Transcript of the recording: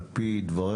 על פי דברך,